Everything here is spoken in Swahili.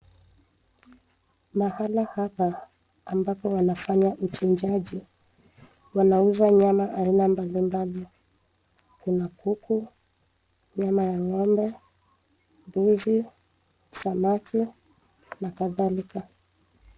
Mahala hapa ambapo wanafanya uchinjaji, wanauza nyama aina mbali mbali. Kuna: kuku, nyama ya ng'ombe, mbuzi, samaki na kadhalika.